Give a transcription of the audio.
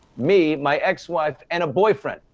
me, my ex-wife and a boyfriend.